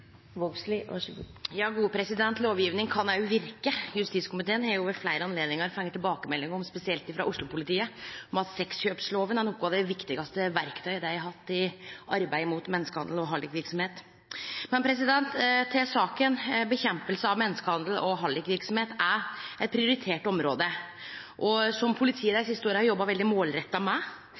kan òg verke. Justiskomiteen har ved fleire anledningar fått tilbakemelding, spesielt frå Oslo-politiet, om at sexkjøpslova er eit av dei viktigaste verktøya dei har hatt i arbeidet mot menneskehandel og hallikverksemd. Men til saka: Nedkjemping av menneskehandel og hallikverksemd er eit prioritert område, som politiet dei siste åra har jobba veldig målretta med.